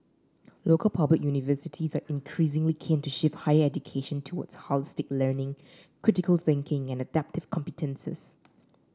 local public universities are increasingly keen to shift higher education towards holistic learning critical thinking and adaptive competences